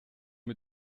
mit